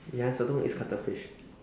ya sotong is cuttlefish